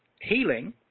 healing